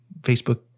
Facebook